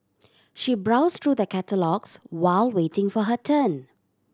she browsed through the catalogues while waiting for her turn